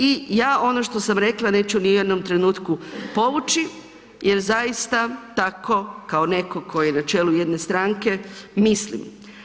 I ja ono što sam rekla neću ni u jednom trenutku povući jer zaista tako kao netko tko je na čelu jedne stranke mislim.